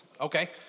Okay